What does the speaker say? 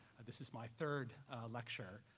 this is my third lecture,